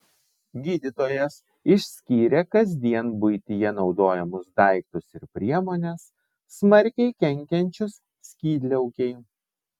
gydytojas išskyrė kasdien buityje naudojamus daiktus ir priemones smarkiai kenkiančius skydliaukei